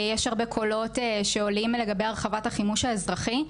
יש הרבה קולות שעולים לגבי הרחבת החימוש האזרחי,